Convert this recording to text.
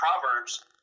Proverbs